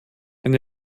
ein